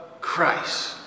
Christ